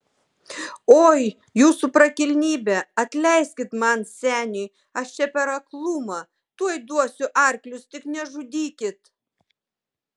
oi jūsų prakilnybe atleiskit man seniui aš čia per aklumą tuoj duosiu arklius tik nežudykit